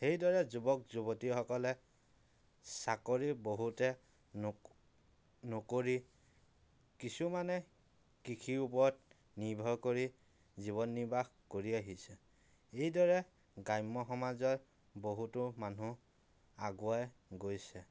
সেইদৰে যুৱক যুৱতীসকলে চাকৰি বহুতে নক নকৰি কিছুমানে কৃষিৰ ওপৰত নিৰ্ভৰ কৰি জীৱন নিৰ্বাহ কৰি আহিছে সেইদৰে গ্ৰাম্য় সমাজৰ বহুতো মানুহ আগুৱাই গৈছে